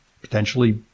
potentially